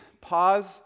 pause